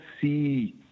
see